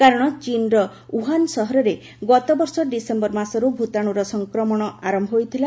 କାରଣ ଚୀନର ଓ୍ୱହାନ ସହରରେ ଗତବର୍ଷ ଡିସେମ୍ବର ମାସରୁ ଭୂତାଣୁର ସଂକ୍ରମଣ ଆରମ୍ଭ ହୋଇଥିଲା